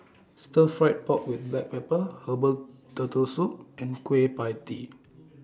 Stir Fried Pork with Black Pepper Herbal Turtle Soup and Kueh PIE Tee